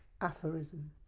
aphorism